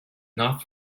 not